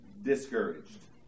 discouraged